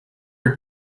are